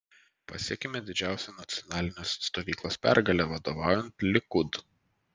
pasiekėme didžią nacionalinės stovyklos pergalę vadovaujant likud